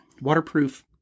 waterproof